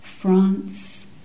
France